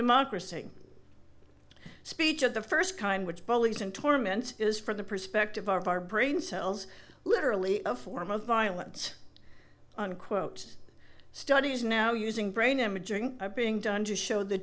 democracy speech of the st kind which bullies and torment is from the perspective of our brain cells literally a form of violence unquote studies now using brain imaging being done to show the